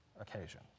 occasion